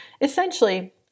essentially